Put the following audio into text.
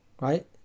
right